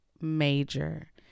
major